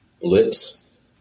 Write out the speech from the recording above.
lips